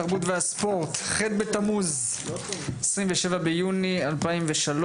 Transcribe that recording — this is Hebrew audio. התרבות והספורט ח' בתמוז 27 ביוני 2023,